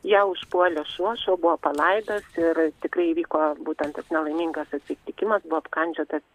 ją užpuolė šuo šuo buvo palaidas ir tikrai įvyko būtent toks nelaimingas atsitikimas buvo apkandžiotas